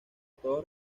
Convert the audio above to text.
todo